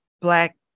black